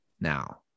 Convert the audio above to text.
now